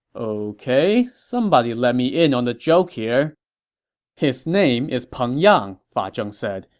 ok, somebody let me in on the joke here his name is peng yang, fa zhang said.